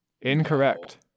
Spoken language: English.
Incorrect